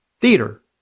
theater